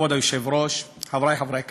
כבוד היושב-ראש, חברי חברי הכנסת,